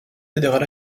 fédéral